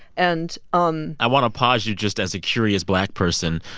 and. um i want to pause you just as a curious black person.